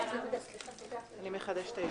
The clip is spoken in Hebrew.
חצי שעה?